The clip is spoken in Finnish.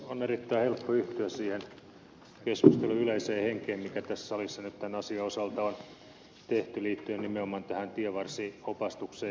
on erittäin helppo yhtyä siihen keskustelun yleiseen henkeen mikä tässä salissa nyt tämän asian osalta on tehty liittyen nimenomaan tähän tienvarsiopastukseen ja mainontaan